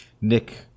Nick